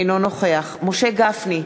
אינו נוכח משה גפני,